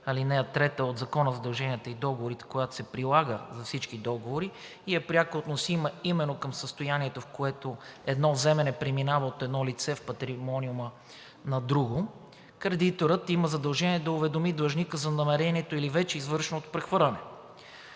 ал. 3 от Закона за задълженията и договорите, която се прилага във всички договори и е пряко относима именно към състоянието, в което едно вземане преминава от едно лице в патримониума на друго, кредиторът има задължение да уведоми длъжника за намерението или вече извършеното прехвърляне.